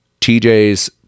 TJ's